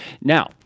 Now